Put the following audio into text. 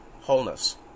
wholeness